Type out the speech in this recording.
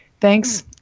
Thanks